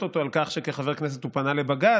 אותו על כך שכחבר כנסת הוא פנה לבג"ץ,